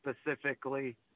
specifically